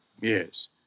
Yes